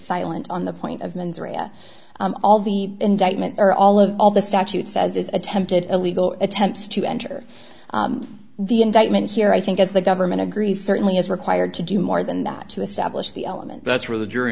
silent on the point of means raya all the indictment or all of all the statute says it attempted illegal attempts to enter the indictment here i think as the government agrees certainly is required to do more than that to establish the element that's where the jury